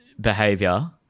behavior